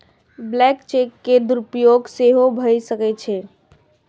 blank cheque के दुरुपयोग सेहो भए सकै छै